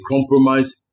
compromise